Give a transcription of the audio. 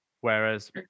whereas